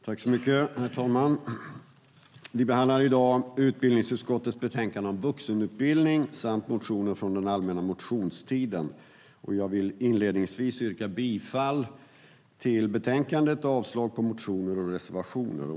Herr talman! Vi behandlar i dag utbildningsutskottets betänkande om vuxenutbildning samt motioner från den allmänna motionstiden. Jag vill inledningsvis yrka bifall till utskottets förslag till beslut och avslag på motioner och reservationer.